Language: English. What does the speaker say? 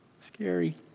Scary